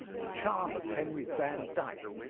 the charm of henry van dyke,